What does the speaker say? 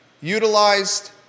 utilized